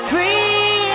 Free